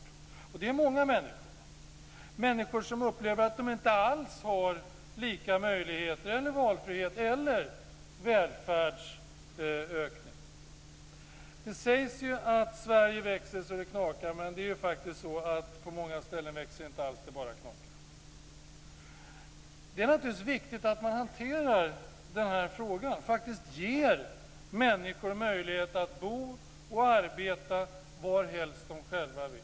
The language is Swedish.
Och det är många människor, människor som upplever att de inte alls har lika möjligheter, valfrihet eller välfärdsökning. Det sägs ju att Sverige växer så att det knakar. Men det är ju faktiskt så att det på många ställen inte växer alls utan bara knakar. Det är naturligtvis viktigt att man hanterar den här frågan och faktiskt ger människor möjlighet att bo och arbeta varhelst de själva vill.